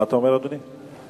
מה אתה אומר, אדוני?